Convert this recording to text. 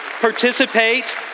participate